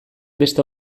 beste